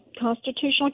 constitutional